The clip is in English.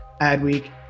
Adweek